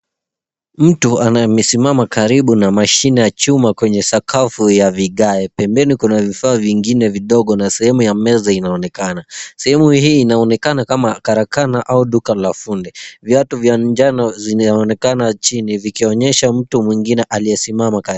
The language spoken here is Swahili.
Mtu anayesimama karibu na mashine ya chuma kwenye sakafu ya vigae. Pembeni kuna vifaa vingine vidogo na sehemu ya meza inaonekana. Sehemu hii inaonekana kama karakana au duka la fundi. Viatu vya njano vinaonekana chini zikionyesha mtu mwingine aliyesimama karibu.